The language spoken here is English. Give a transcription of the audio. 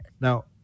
Now